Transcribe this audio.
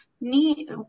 need